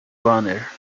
banner